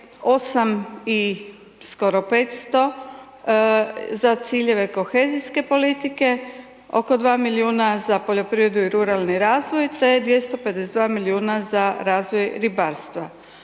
8 i skoro 500 za ciljeve kohezijske politike, oko 2 milijuna za poljoprivredu i ruralni razvoj te 252 milijuna za razvoj ribarstva.